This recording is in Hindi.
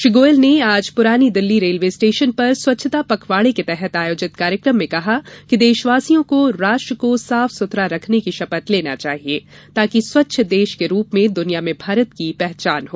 श्री गोयल ने आज पुरानी दिल्ली रेलवे स्टेशन पर स्वच्छता पखवाडे के तहत आयोजित कार्यक्रम में कहा कि देशवासियों को राष्ट्र को साफ सुथरा रखने की शपथ लेना चाहिये ताकि स्वच्छ देश के रूप में दुनिया में भारत की पहचान हो